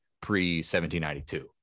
pre-1792